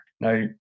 now